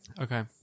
Okay